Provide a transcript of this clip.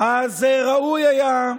אז ראוי היה,